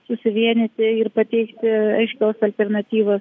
susivienyti ir pateikti aiškios alternatyvos